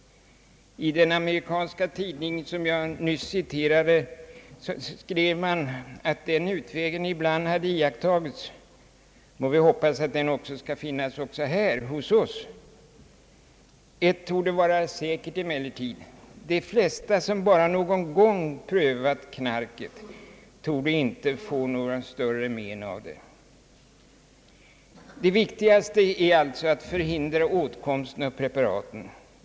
I den amerikanska tidning som jag nyss citerade står även, att den utvägen ibland har iakttagits. Låt oss hoppas att den skall finnas även hos oss. Ett torde emellertid vara säkert: De flesta, de som bara någon gång har prövat knarket, torde inte ha fått några större men åv det. Det viktigaste är alltså att förhindra åtkomsten av preparaten.